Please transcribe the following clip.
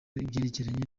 ibyerekeranye